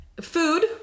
food